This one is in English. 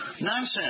nonsense